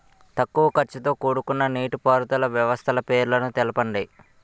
తక్కువ ఖర్చుతో కూడుకున్న నీటిపారుదల వ్యవస్థల పేర్లను తెలపండి?